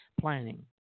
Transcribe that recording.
planning